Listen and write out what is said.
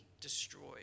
destroyed